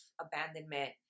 abandonment